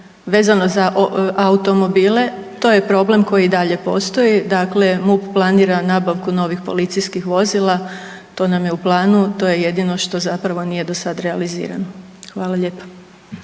vezano za automobile, to je problem koji i dalje postoji. Dakle, MUP planira nabavku novih policijskih vozila, to nam je u planu, to je jedino što zapravo nije do sad realizirano. Hvala lijepa.